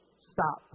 stop